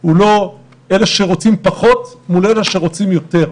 הוא לא של אלה שרוצים פחות מול אלה שרוצים יותר.